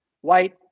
White